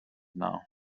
now